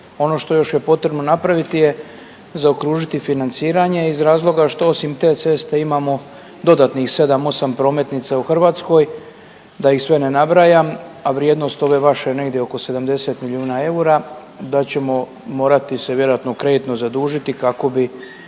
Ono što još je potrebno napraviti je zaokružiti financiranje iz razloga što osim te ceste imamo dodatnih 7, 8 prometnica u Hrvatskoj da ih sve ne nabrajam a vrijednost ove vaše je negdje oko 70 milijuna eura, da ćemo morati se vjerojatno kreditno zadužiti kako bi